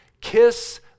Kiss